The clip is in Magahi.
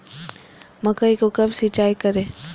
मकई को कब सिंचाई करे?